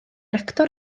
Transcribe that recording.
actor